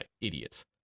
idiots